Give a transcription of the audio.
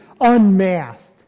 unmasked